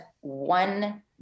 one